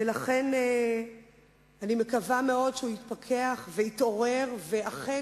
לכן אני מקווה מאוד שהוא יתפכח ויתעורר ואכן